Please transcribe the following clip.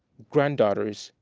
granddaughters,